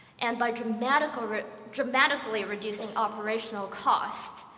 and by dramatically dramatically reducing operational costs,